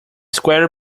square